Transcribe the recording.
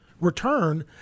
return